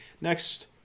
Next